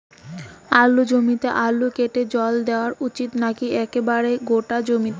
আলুর জমিতে আল কেটে জল দেওয়া উচিৎ নাকি একেবারে গোটা জমিতে?